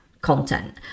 content